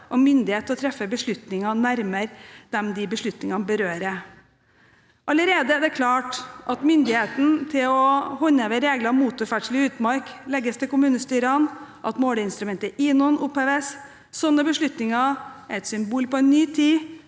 og myndighet til å treffe beslutninger, nærmere dem beslutningene berører. Allerede er det klart at myndigheten til å håndheve regler om motorferdsel i utmark legges til kommunestyrene, at måleinstrumentet INON oppheves. Slike beslutninger er et symbol på ny tid,